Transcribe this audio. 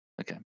Okay